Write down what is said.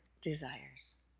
desires